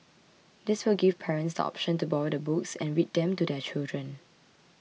this will give parents the option to borrow the books and read them to their children